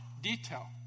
detail